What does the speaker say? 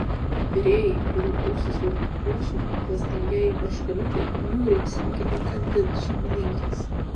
virėjai kurių ausis jau puošė klastingieji barškaliukai niūriai sekė įkandin šeimininkės